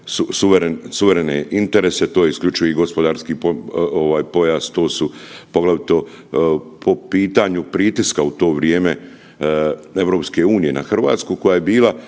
suverene interese to je isključivi gospodarski pojas, to su poglavito po pitanju pritiska u to vrijeme EU na Hrvatsku koja je bila